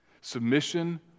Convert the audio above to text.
Submission